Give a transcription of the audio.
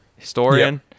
historian